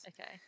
Okay